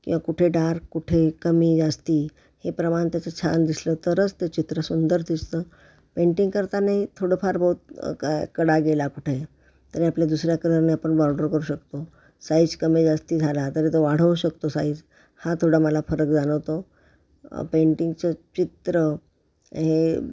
किंवा कुठे डार्क कुठे कमी जास्त हे प्रमाण त्याचं छान दिसलं तरच ते चित्र सुंदर दिसतं पेंटिंग करतानाही थोडं फार बहुत का कडा गेला कुठे तरी आपल्या दुसऱ्या कलरने आपण बॉर्डर करू शकतो साईज कमी जास्ती झाला तरी तो वाढवू शकतो साईज हा थोडा मला फरक जाणवतो पेंटिंगचं चित्र हे